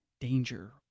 danger